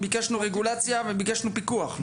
ביקשנו רגולציה ופיקוח על מעונות יום פרטיים,